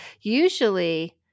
usually